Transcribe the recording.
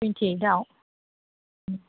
टुवेन्टिएइदाव